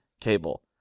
cable